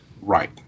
right